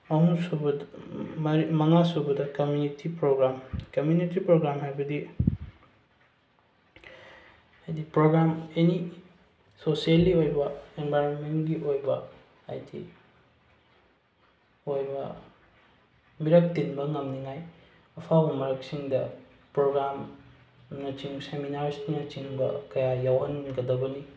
ꯃꯉꯥꯁꯨꯕꯗ community programme community programme ꯍꯥꯏꯕꯗꯤ ꯍꯥꯏꯗꯤ ꯄ꯭ꯔꯣꯒꯥꯝ ꯑꯦꯅꯤ ꯁꯣꯁꯦꯜꯂꯤ ꯑꯣꯏꯕ ꯑꯦꯟꯚꯥꯏꯔꯣꯃꯦꯟꯒꯤ ꯑꯣꯏꯕ ꯍꯥꯏꯗꯤ ꯑꯣꯏꯕ ꯃꯤꯔꯛ ꯇꯤꯟꯕ ꯉꯝꯅꯤꯉꯥꯏ ꯑꯐꯕ ꯃꯔꯛꯁꯤꯡꯗ ꯄ꯭ꯔꯣꯒꯥꯝꯅꯆꯤꯡꯕ ꯁꯦꯃꯤꯅꯥꯔꯁꯤꯡꯅꯆꯤꯡꯕ ꯀꯌꯥ ꯌꯥꯎꯍꯟꯒꯗꯕꯅꯤ